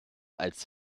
als